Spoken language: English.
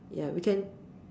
ya we can